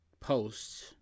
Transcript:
posts